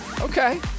Okay